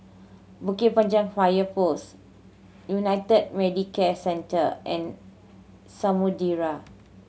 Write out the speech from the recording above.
Bukit Panjang Fire Post United Medicare Centre and Samudera